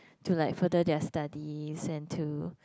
to like further their studies and to